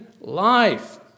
life